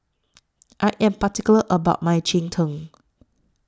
I Am particular about My Cheng Tng